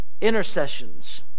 intercessions